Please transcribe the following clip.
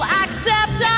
accept